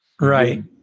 Right